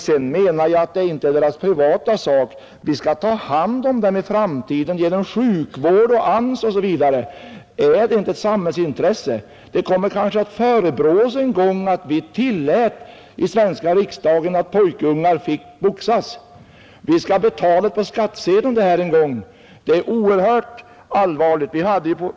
Boxningen är inte deras privata sak. Vi skall ta hand om dem i framtiden genom sjukvård, AMS osv. Är det inte ett samhällsintresse? De kommer kanske en gång att förebrå oss för att vi i svenska riksdagen tillät pojkar att boxas. Vi skall en gång betala detta på skattsedeln. Det är oerhört allvarligt.